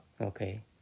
Okay